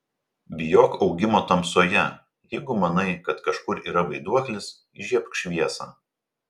bijok augimo tamsoje jeigu manai kad kažkur yra vaiduoklis įžiebk šviesą